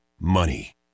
money